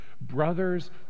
Brothers